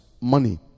money